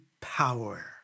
power